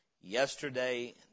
yesterday